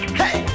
hey